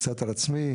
קצת על עצמי: